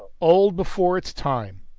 old before its time,